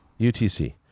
UTC